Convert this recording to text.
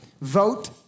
Vote